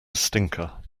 stinker